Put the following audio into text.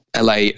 LA